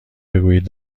بگویید